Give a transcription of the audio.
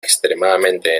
extremadamente